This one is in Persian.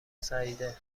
سعیده